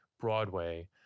Broadway